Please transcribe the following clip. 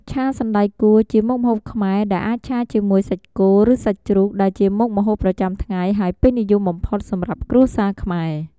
ឆាសណ្តែកគួរ ជាមុខម្ហូបខ្មែរ ដែលអាចឆាជាមួយសាច់គោឬសាច់ជ្រូក ដែលជាមុខម្ហូបប្រចាំថ្ងៃហើយពេញនិយមបំផុតសម្រាប់គ្រួសារខ្មែរ។